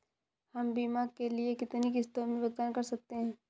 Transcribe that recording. हम बीमा के लिए कितनी किश्तों में भुगतान कर सकते हैं?